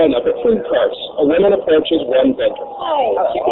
kind of at food carts a woman approaches one ah